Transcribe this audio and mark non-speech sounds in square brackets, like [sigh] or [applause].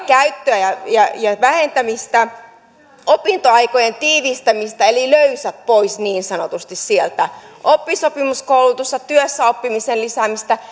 käyttöä ja ja vähentämistä opintoaikojen tiivistämistä eli löysät pois niin sanotusti sieltä oppisopimuskoulutusta työssäoppimisen lisäämistä [unintelligible]